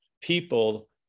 people